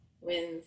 wins